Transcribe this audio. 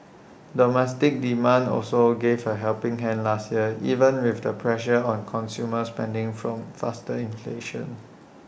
domestic demand also gave A helping hand last year even with the pressure on consumer spending from faster inflation